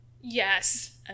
Yes